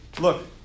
look